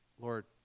Lord